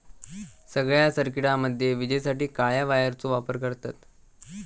सगळ्या सर्किटामध्ये विजेसाठी काळ्या वायरचो वापर करतत